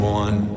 one